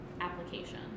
application